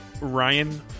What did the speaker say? Ryan